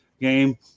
game